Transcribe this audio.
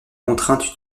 contraintes